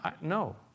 no